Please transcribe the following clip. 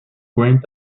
grant